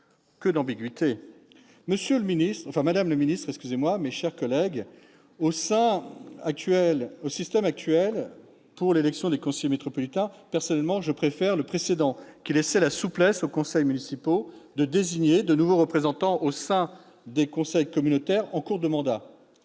Que d'ambiguïté ! Madame la ministre, mes chers collègues, au système actuel d'élection des conseillers métropolitains, je préférais pour ma part le précédent, qui laissait la souplesse aux conseils municipaux de désigner de nouveaux représentants au sein des conseils communautaires en cours de mandat.